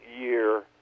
year